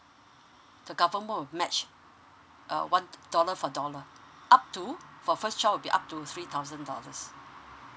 the government will match a one dollar for dollar up to for first child will be up to three thousand dollars